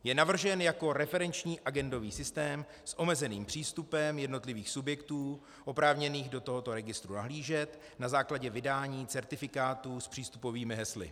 Je navržen jako referenční agendový systém s omezeným přístupem jednotlivých subjektů oprávněných do tohoto registru nahlížet na základě vydání certifikátů s přístupovými hesly.